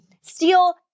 steal